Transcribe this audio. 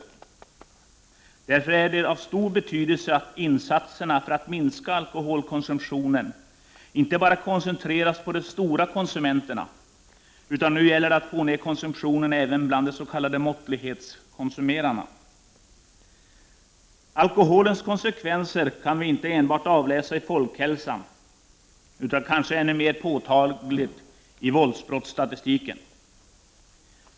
15 november 1989 Därför är det av stor betydelse att insatserna för att minska alkoholkonsum==7 tionen inte bara koncentreras på de stora konsumenterna. Nu gäller det att få ned konsumtionen även bland de s.k. måttlighetskonsumenterna. Alkoholens konsekvenser kan vi avläsa inte enbart i folkhälsan utan kanske ännu mer påtagligt i våldsbrottsstatistiken.